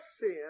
sin